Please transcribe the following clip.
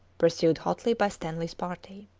pursued hotly by stanley's party.